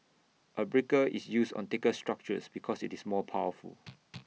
A breaker is used on thicker structures because IT is more powerful